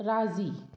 राज़ी